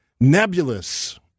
nebulous